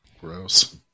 Gross